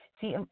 see